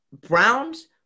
Browns